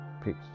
Peace